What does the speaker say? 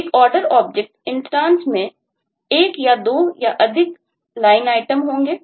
एक Order object instance में एक या दो या अधिक LineItem होंगे